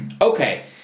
Okay